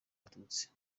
abatutsi